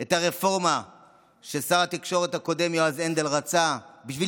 את הרפורמה ששר התקשורת הקודם יועז הנדל רצה בשביל